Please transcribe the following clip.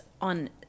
on